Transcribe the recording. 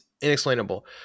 inexplainable